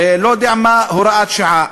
לא יודע מה, הוראת שעה.